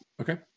Okay